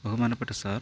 ബഹുമാനപ്പെട്ട സാർ